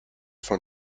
von